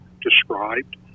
described